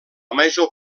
major